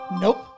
Nope